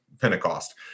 Pentecost